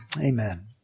amen